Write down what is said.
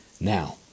now